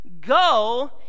go